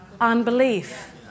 unbelief